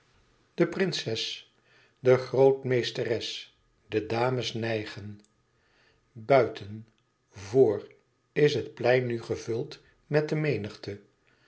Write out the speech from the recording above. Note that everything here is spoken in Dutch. de prinses de grootmeesteres de dames nijgen buiten vr is het plein nu gevuld met de menigte